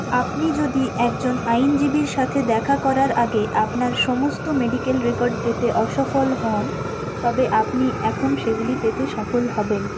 আপনি যদি একজন আইনজীবীর সাথে দেখা করার আগে আপনার সমস্ত মেডিকেল রেকর্ড পেতে অসফল হন তবে আপনি এখন সেগুলি পেতে সফল হবেন